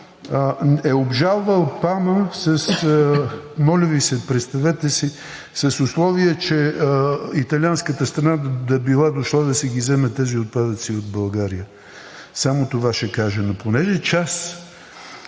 е обжалвал, моля Ви се, представете си, с условие, че италианската страна да била дошла да си ги вземе тези отпадъци от България. Само това ще кажа.